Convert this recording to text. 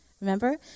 Remember